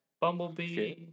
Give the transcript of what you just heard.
Bumblebee